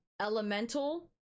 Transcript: Elemental